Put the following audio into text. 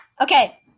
Okay